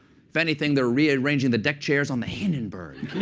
if anything, they are rearranging the deck chairs on the hindenburg.